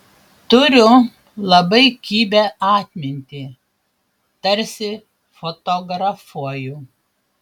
turiu labai kibią atmintį tarsi fotografuoju